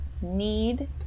need